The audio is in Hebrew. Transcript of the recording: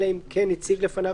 אלא אם כן הציג לפניו,